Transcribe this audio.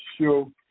show